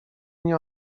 nie